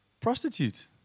prostitute